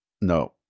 No